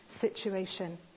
situation